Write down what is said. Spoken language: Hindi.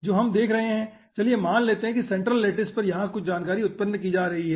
तो हम जो देख रहे हैं चलिए मान लेते है कि सेंट्रल लैटिस पर यहाँ कुछ जानकारी उत्पन्न की जा रही है